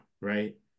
right